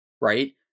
right